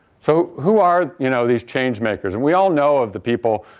so, who are you know these change makers? and we all know of the people,